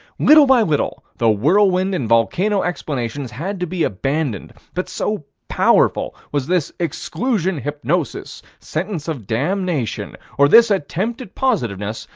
little by little the whirlwind and volcano explanations had to be abandoned, but so powerful was this exclusion-hypnosis, sentence of damnation, or this attempt at positiveness,